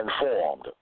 informed